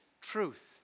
truth